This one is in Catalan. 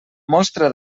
mostra